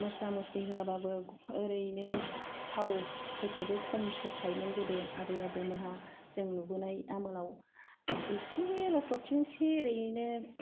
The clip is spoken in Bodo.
मसला मसलि होआबाबो ओरैनो थाव फोरखौबो खम सेरखायो मोन गोदो आबै आबौ मोनहा जों नुबोनाय आमोलाव एसेल' थरथिंसे ओरैनो